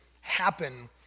happen